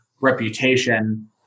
reputation